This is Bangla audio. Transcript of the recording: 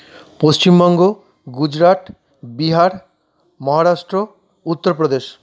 পশ্চিমবঙ্গ গুজরাট বিহার মহারাষ্ট্র উত্তরপ্রদেশ